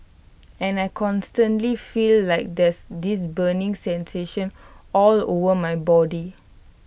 and I constantly feel like there's this burning sensation all over my body